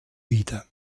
wieder